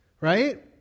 right